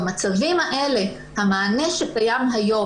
במצבים האלה המענה שקיים היום,